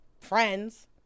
friends